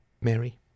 Mary